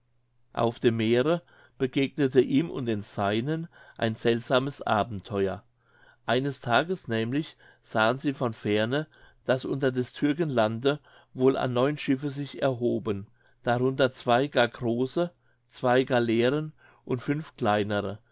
auf dem meere begegnete ihm und den seinen ein seltsames abenteuer eines tages nämlich sahen sie von ferne daß unter des türken lande wohl an neun schiffe sich erhoben darunter zwei gar große zwei galeeren und fünf kleinere